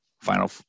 final